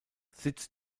sitz